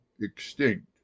extinct